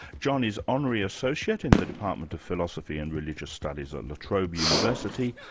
john is honorary associate in the department of philosophy and religious studies at la trobe university.